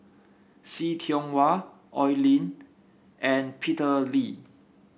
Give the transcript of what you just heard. See Tiong Wah Oi Lin and Peter Lee